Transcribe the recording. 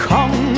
Come